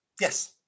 Yes